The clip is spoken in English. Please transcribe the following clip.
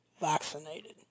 vaccinated